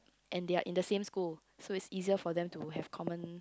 and they are in the same school so it's easier for them to have common